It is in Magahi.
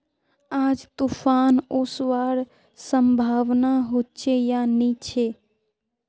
आज तूफ़ान ओसवार संभावना होचे या नी छे?